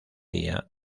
día